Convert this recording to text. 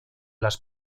las